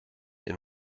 and